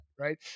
Right